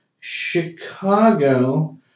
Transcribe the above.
Chicago